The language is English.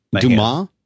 Dumas